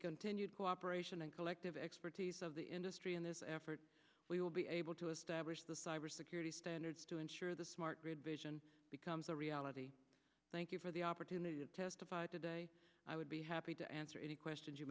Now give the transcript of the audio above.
continued cooperation and collective expertise of the industry in this effort we will be able to establish the cyber security standards to ensure the smart grid vision becomes a reality thank you for the opportunity to testified today i would be happy to answer any questions you